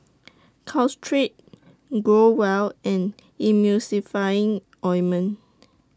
Caltrate Growell and Emulsying Ointment